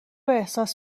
احساس